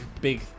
big